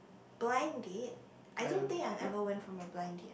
blind date I don't think I've ever went for a blind date